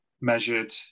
measured